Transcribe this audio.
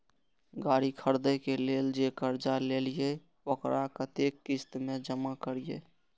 गाड़ी खरदे के लेल जे कर्जा लेलिए वकरा कतेक किस्त में जमा करिए?